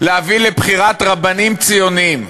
להביא לבחירת רבנים ציונים,